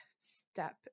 step